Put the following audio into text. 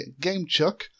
GameChuck